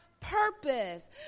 purpose